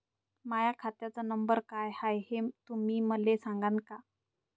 माह्या खात्याचा नंबर काय हाय हे तुम्ही मले सागांन का?